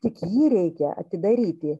tik jį reikia atidaryti